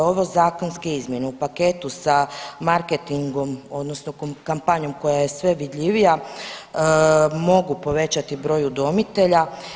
Ove zakonske izmjene u paketu sa marketingom odnosno kampanjom koja je sve vidljivija mogu povećati broj udomitelja.